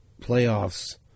playoffs